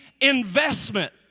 investment